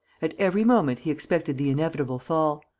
at every moment he expected the inevitable fall.